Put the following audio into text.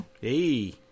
Hey